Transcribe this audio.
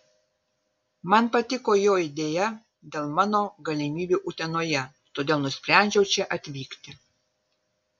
man patiko jo idėja dėl mano galimybių utenoje todėl nusprendžiau čia atvykti